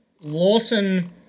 Lawson